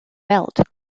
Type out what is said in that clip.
belt